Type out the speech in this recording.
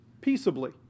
peaceably